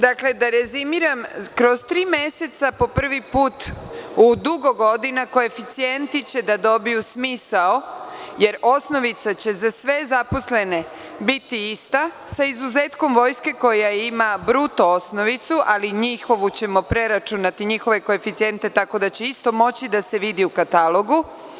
Dakle, da rezimiram, kroz tri meseca po prvi put u dugo godina koeficijenti će da dobiju smisao, jer osnovica će za sve zaposlene biti ista, sa izuzetkom vojske koja ima bruto osnovicu, ali njihovu ćemo preračunati, njihove koeficijente, tako da će isto moći da se vidi u katalogu.